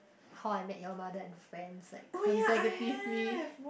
How-I-Met-Your-Mother and Friends like consecutively